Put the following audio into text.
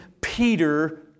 Peter